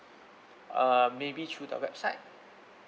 err maybe through the website